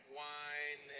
wine